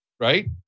Right